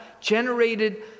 generated